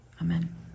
Amen